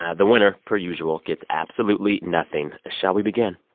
ah the winner, per usual, gets absolutely nothing. shall we begin?